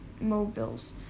mobiles